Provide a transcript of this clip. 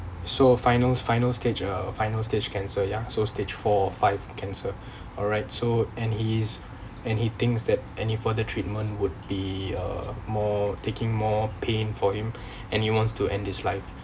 so finals final stage uh final stage cancer ya so stage four five cancer alright so and he's and he thinks that any further treatment would be uh more taking more pain for him and he wants to end his life